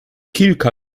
kilka